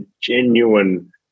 genuine